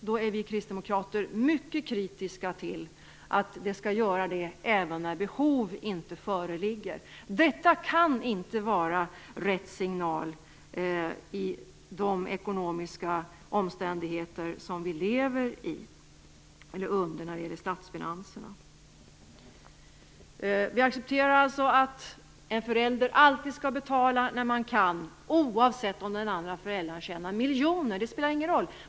Vi kristdemokrater är kritiska till att ett utfyllnadsbidrag skall utgå även när behov inte föreligger. Detta kan inte vara rätt signal med de ekonomiska omständigheter som vi lever under när det gäller statsfinanserna. Vi accepterar alltså att en förälder alltid skall betala när han eller hon kan, oavsett om den andra föräldern tjänar miljoner. Det spelar ingen roll.